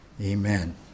amen